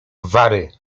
wary